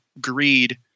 greed